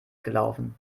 gelaufen